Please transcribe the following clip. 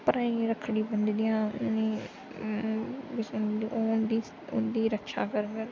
भ्राऐं गी रक्खड़ी बनदियां उ'नें ई ओह् उं'दी उं'दी रक्षा करङन